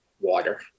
water